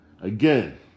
again